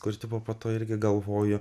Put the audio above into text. kur tipo po to irgi galvoju